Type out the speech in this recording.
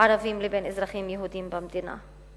ערבים לבין אזרחים יהודים במדינה.